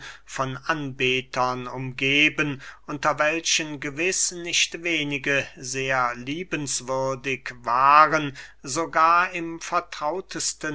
von anbetern umgeben unter welchen gewiß nicht wenige sehr liebenswürdig waren sogar im vertrautesten